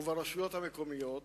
הרשויות המקומיות